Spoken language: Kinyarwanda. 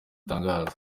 atangaza